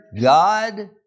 God